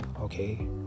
okay